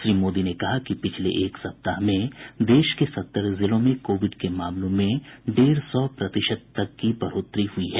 श्री मोदी ने कहा कि पिछले एक सप्ताह में देश के सत्तर जिलों में कोविड के मामलों में डेढ सौ प्रतिशत की बढ़ोतरी हुई है